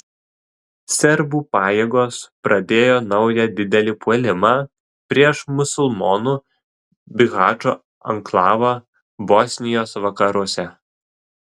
serbų pajėgos pradėjo naują didelį puolimą prieš musulmonų bihačo anklavą bosnijos vakaruose